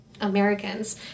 Americans